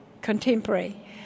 contemporary